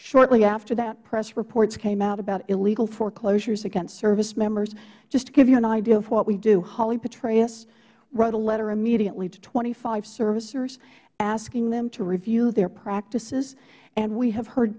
shortly after that press reports came out about illegal foreclosures against service members just to give you an idea of what we do holly petraeus wrote a letter immediately to twenty five servicers asking them to review their practices and we have heard